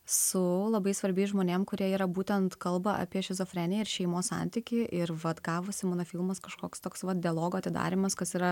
su labai svarbiais žmonėm kurie yra būtent kalba apie šizofreniją ir šeimos santykį ir vat gavosi mano filmas kažkoks toks vat dialogo atidarymas kas yra